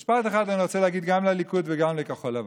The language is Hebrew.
במשפט אחד אני רוצה להגיד גם לליכוד וגם לכחול לבן: